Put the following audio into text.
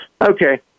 Okay